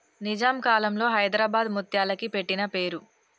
నిజాం కాలంలో హైదరాబాద్ ముత్యాలకి పెట్టిన పేరు